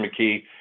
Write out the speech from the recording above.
McKee